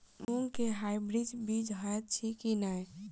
मूँग केँ हाइब्रिड बीज हएत अछि की नै?